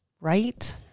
right